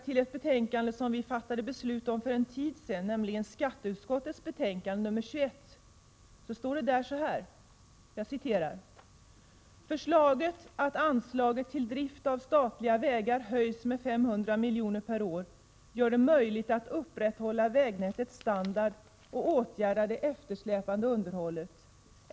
I ett betänkande som vi fattade beslut om för någon tid sedan, skatteutskottets betänkande nr 21, heter det: ”Förslaget att anslaget till drift av statliga vägar höjs med 500 milj.kr. per år gör det möjligt att upprätthålla vägnätets standard och åtgärda det eftersläpande underhållet.